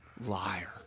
liar